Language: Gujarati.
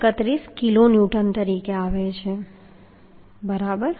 31 કિલોન્યુટન તરીકે આવે છે બરાબર